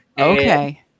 okay